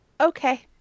Okay